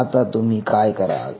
आता तुम्ही काय कराल